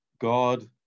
God